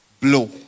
Blow